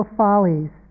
follies